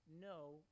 No